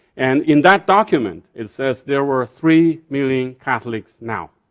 and in that document it says there were three million catholics now.